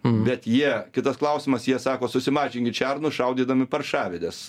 bet jie kitas klausimas jie sako susimažinkit šernus šaudydami paršavedes